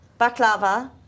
baklava